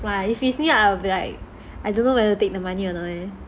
!wah! if it's me I'll be like I don't know whether to take the money or not leh